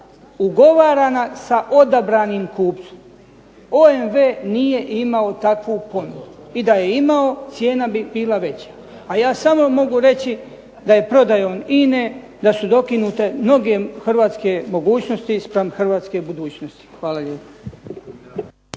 ugovarana sa odabranim kupcem. OMV nije imao takvu ponudu i da je imao cijena bi bila veća. A ja samo mogu reći da je prodajom INA-e da su dokinute mnoge hrvatske mogućnosti spram hrvatske budućnosti. Hvala lijepo.